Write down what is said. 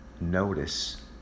notice